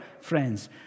friends